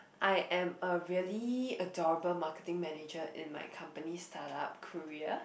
I am a really adorable marketing manager in my company startup career